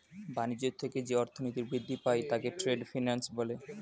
বাণিজ্য থেকে যে অর্থনীতি বৃদ্ধি পায় তাকে ট্রেড ফিন্যান্স বলে